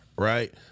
Right